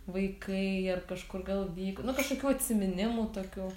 vaikai ar kažkur gal vyko nu kažkokių atsiminimų tokių